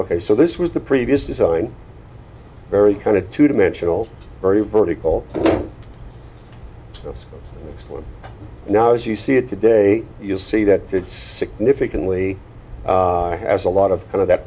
ok so this was the previous design very kind of two dimensional very vertical the next one now as you see it today you'll see that it's significantly has a lot of kind of that